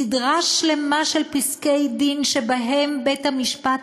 סדרה שלמה של פסקי-דין שבהם בית-המשפט